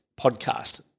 podcast